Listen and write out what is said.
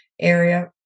area